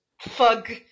Fug